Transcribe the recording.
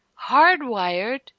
hardwired